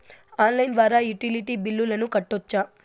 Online ద్వారా utility బిల్లులను కట్టొచ్చా?